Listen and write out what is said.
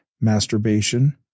masturbation